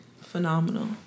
phenomenal